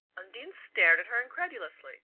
undine stared at her incredulously.